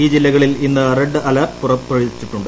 ഈ ജില്ലകളിൽ ഇന്ന് റെഡ് അലർട്ട് പുറപ്പെടുവിച്ചിട്ടുണ്ട്